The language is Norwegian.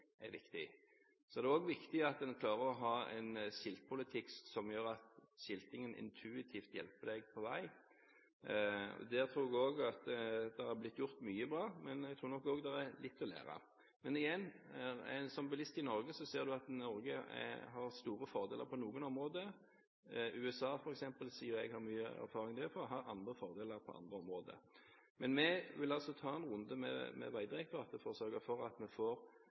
Så er det også viktig at en klarer å ha en skiltpolitikk som gjør at skiltingen intuitivt hjelper en på vei. Der tror jeg også det har blitt gjort mye bra, men jeg tror nok også det er litt å lære. Men igjen: Som bilist i Norge ser en at Norge har store fordeler på noen områder. USA, f.eks. – siden jeg har mye erfaring derfra – har andre fordeler på andre områder. Men vi vil ta en runde med Vegdirektoratet for å sørge for at vi får